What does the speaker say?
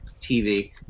TV